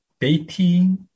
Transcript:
dating